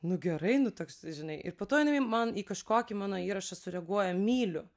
nu gerai nu toks žinai ir po to jinai man į kažkokį mano įrašą sureaguoja myliu